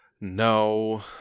No